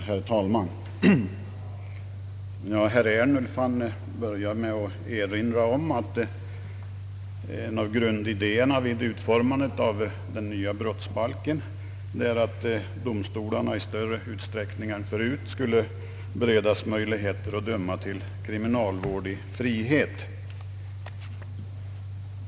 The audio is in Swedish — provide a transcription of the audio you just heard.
Herr talman! Herr Ernulf började sitt anförande med att erinra om att en av grundidéerna vid utformandet av den nya brottsbalken var att domstolarna i större utsträckning än tidigare skulle beredas möjlighet att döma till kriminalvård i frihet.